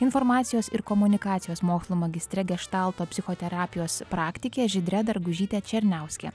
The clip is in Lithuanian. informacijos ir komunikacijos mokslų magistre geštalto psichoterapijos praktike žydre dargužyte černiauskiene